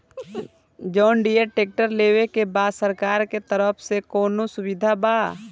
John Deere tractor लेवे के बा सरकार के तरफ से कौनो सुविधा बा?